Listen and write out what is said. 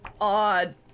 odd